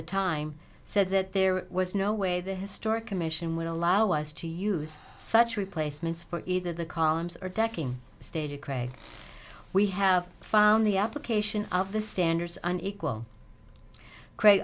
the time said that there was no way the historic commission would allow us to use such replacements for either the columns or decking stated craig we have found the application of the standards on equal creat